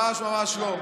ממש ממש לא.